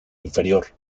inferior